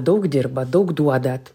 daug dirbat daug duodat